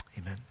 amen